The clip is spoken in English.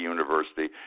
University